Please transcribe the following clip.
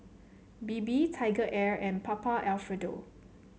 Bebe TigerAir and Papa Alfredo